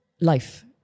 life